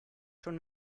schon